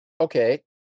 Okay